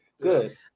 Good